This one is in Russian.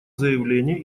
заявление